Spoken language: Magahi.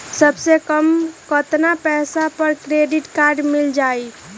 सबसे कम कतना पैसा पर क्रेडिट काड मिल जाई?